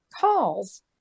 calls